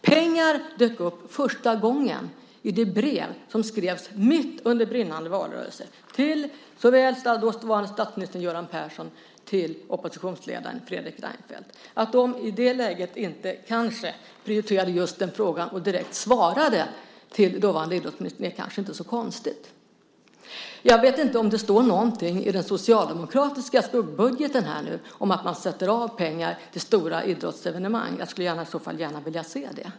Pengar dök upp första gången i det brev som skrevs mitt under brinnande valrörelse till såväl dåvarande statsministern Göran Persson som oppositionsledaren Fredrik Reinfeldt. Att de i det läget inte prioriterade just den frågan och direkt svarade till dåvarande idrottsministern är kanske inte så konstigt. Jag vet inte om det står någonting i den socialdemokratiska skuggbudgeten om att man sätter av pengar till stora idrottsevenemang. Jag skulle i så fall gärna vilja se det.